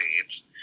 teams